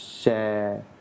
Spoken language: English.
share